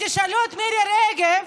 ותשאלו את מירי רגב